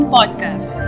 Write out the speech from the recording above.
Podcast